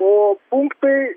o punktai